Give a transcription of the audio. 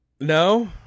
No